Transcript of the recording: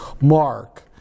mark